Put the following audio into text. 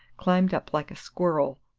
climbed up like a squirrel,